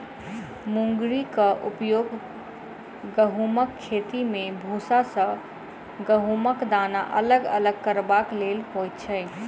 मुंगरीक उपयोग गहुमक खेती मे भूसा सॅ गहुमक दाना अलग करबाक लेल होइत छै